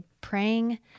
praying